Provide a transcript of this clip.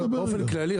באופן כללי,